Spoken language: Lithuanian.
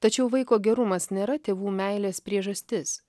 tačiau vaiko gerumas nėra tėvų meilės priežastis